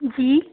जी